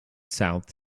south